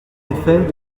effet